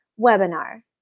webinar